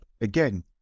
again